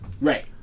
Right